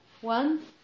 One